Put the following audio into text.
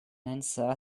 answer